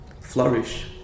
flourish